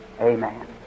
amen